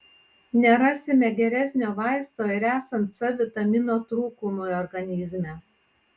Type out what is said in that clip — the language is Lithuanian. nerasime geresnio vaisto ir esant c vitamino trūkumui organizme